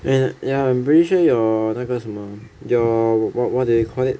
and ya I'm pretty sure your 那个什么 your what what do they call it